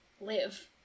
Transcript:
live